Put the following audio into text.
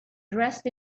dressed